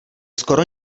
skoro